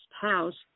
house